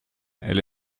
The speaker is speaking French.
elle